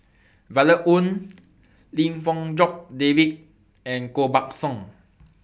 Violet Oon Lim Fong Jock David and Koh Buck Song